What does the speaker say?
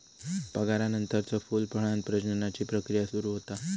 परागनानंतरच फूल, फळांत प्रजननाची प्रक्रिया सुरू होता